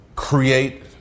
create